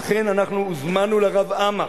אכן אנחנו הוזמנו לרב עמאר,